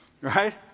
Right